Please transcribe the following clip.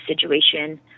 situation